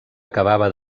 acabava